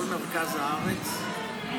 כל מרכז הארץ,